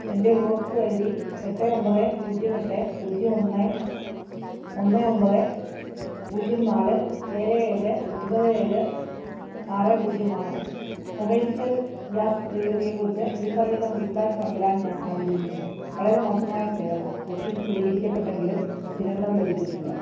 എൻ്റെ ഉപഭോക്തൃ I D എട്ട് ഒമ്പത് പൂജ്യം എട്ട് പൂജ്യം ഒന്ന് ഒന്ന് ഒമ്പത് പൂജ്യം നാല് ഏഴ് ഏഴ് ഒൻപത് ഏഴ് ആറ് പൂജ്യം ആണ് കൊമേഴ്സ്യൽ ഗ്യാസ് ഡെലിവറിയെ കുറിച്ച് ഇനിപ്പറയുന്ന ഫീഡ്ബേക്ക് പങ്കിടാൻ ഞാൻ ആഗ്രഹിക്കുന്നു വളരെ മോശമായ സേവനം ബുക്കിങ് സ്ഥിരീകരിക്കപ്പെട്ടെങ്കിലും സിലിണ്ടർ ലഭിച്ചിട്ടില്ല